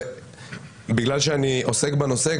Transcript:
בגלל שאני עוסק בנושא,